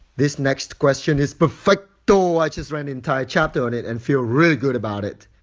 this next question is perfecto. i just read an entire chapter on it and feel really good about it.